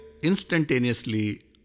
instantaneously